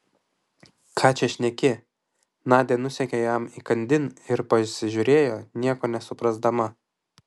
ką čia šneki nadia nusekė jam įkandin ir pasižiūrėjo nieko nesuprasdama